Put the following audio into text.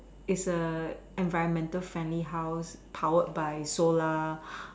is a environmental friendly house powered by solar